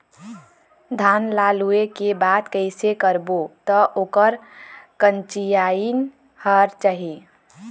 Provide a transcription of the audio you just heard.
धान ला लुए के बाद कइसे करबो त ओकर कंचीयायिन हर जाही?